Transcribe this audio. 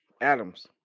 Adams